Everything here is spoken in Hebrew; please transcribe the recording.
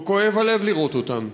וכואב הלב לראות אותם.